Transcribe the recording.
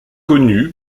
connu